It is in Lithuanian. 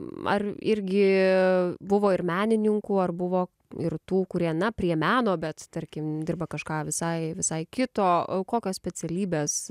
ar irgi buvo ir menininkų ar buvo ir tų kurie na prie meno bet tarkim dirba kažką visai visai kito o kokios specialybės